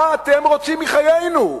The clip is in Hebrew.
מה אתם רוצים מחיינו?